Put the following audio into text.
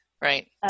Right